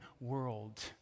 world